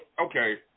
okay